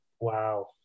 Wow